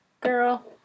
Girl